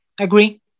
Agree